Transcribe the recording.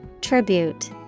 Tribute